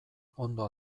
ondo